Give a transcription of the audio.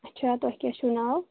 اَچھا تۄہہِ کیٛاہ چھُو ناو